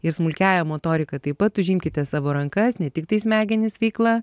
ir smulkiąja motorika taip pat užimkite savo rankas ne tiktai smegenis veikla